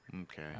Okay